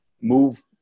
move